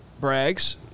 Braggs